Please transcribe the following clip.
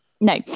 no